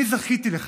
אני זכיתי לכך,